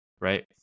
Right